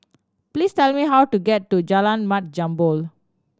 please tell me how to get to Jalan Mat Jambol